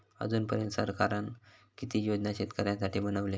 अजून पर्यंत सरकारान किती योजना शेतकऱ्यांसाठी बनवले?